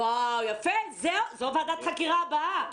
יפה, זו ועדת החקירה הבאה.